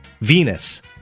Venus